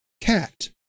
cat